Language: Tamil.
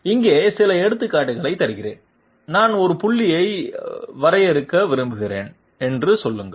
இங்கே சில எடுத்துக்காட்டுகளைத் தருகிறேன் நான் ஒரு புள்ளியை வரையறுக்க விரும்புகிறேன் என்று சொல்லுங்கள்